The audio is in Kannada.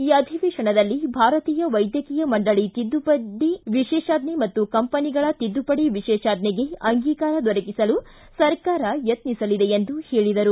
ಈ ಅಧೀವೇಶನದಲ್ಲಿ ಭಾರತೀಯ ವೈದ್ಯಕೀಯ ಮಂಡಳ ತಿದ್ದುಪಡಿ ವಿಶೇಷಾಜ್ಞೆ ಮತ್ತು ಕಂಪನಿಗಳ ತಿದ್ದುಪಡಿ ವಿಶೇಷಾಜ್ಞೆಗೆ ಅಂಗೀಕಾರ ದೊರಕಿಸಲು ಸರ್ಕಾರ ಯತ್ನಿಸಲಿದೆ ಎಂದು ಹೇಳಿದರು